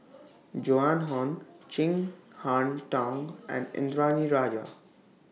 Joan Hon Chin Harn Tong and Indranee Rajah